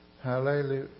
hallelujah